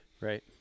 Right